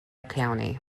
county